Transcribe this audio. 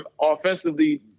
offensively